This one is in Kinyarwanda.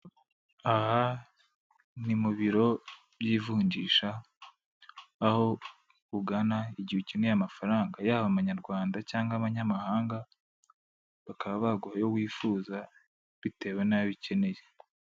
Aha ni mu biro by'ivunjisha aho ugana igihe ukeneye amafaranga yaba amanyarwanda cyangwa amanyamahanga, bakaba baguha ayo wifuza bitewe n'ayo ukeneye.